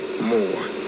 more